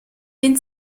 den